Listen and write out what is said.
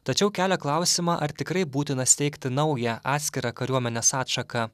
tačiau kelia klausimą ar tikrai būtina steigti naują atskirą kariuomenės atšaką